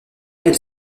elle